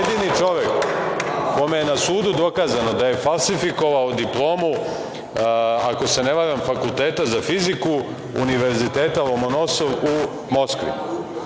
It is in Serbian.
jedini čovek kome je na sudu dokazano da je falsifikovao diplomu, ako se ne varam, Fakulteta za fiziku Univerziteta Lomonosov u Moskvi. Ja